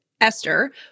Esther